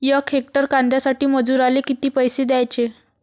यक हेक्टर कांद्यासाठी मजूराले किती पैसे द्याचे?